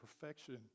perfection